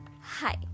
Hi